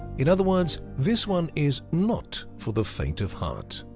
in other words this one is not for the faint of heart.